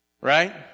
Right